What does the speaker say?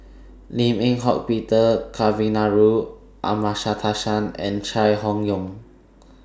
Lim Eng Hock Peter Kavignareru Amallathasan and Chai Hon Yoong